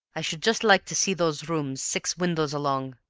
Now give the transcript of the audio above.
i should just like to see those rooms, six windows along.